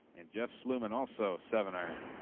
and jeff sluman also seven iron.